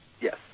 Yes